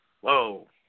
Whoa